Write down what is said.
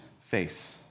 face